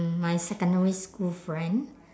my secondary school friend